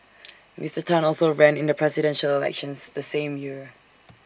Mister Tan also ran in the Presidential Elections the same year